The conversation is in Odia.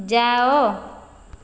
ଯାଅ